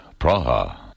Praha